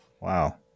Wow